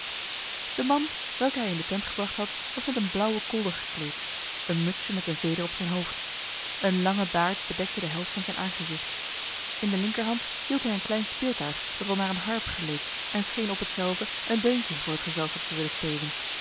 de man welke hij in de tent gebracht had was met een blauwe kolder gekleed een mutsje met een veder op zijn hoofd een lange baard bedekte de helft van zijn aangezicht in de linkerhand hield hij een klein speeltuig dat wel naar een harp geleek en scheen op hetzelve een deuntje voor het gezelschap te willen spelen